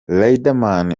riderman